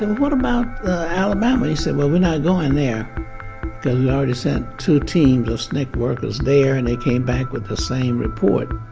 and what about alabama? he said, well, we're not going there because yeah already sent two teams of sncc workers there and they came back with the same report.